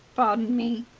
pardon me,